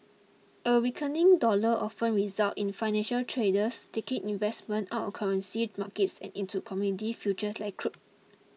a weakening dollar often result in financial traders taking investments out of currency markets and into commodity future like crude